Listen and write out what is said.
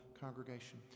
congregation